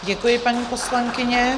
Děkuji, paní poslankyně.